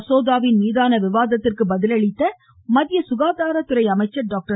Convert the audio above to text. மசோதாவின் மீதான விவாதத்திற்கு பதில் அளித்த மத்திய சுகாதாரத்துறை அமைச்சர் டாக்டர்